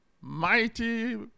mighty